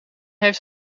heeft